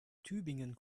tübingen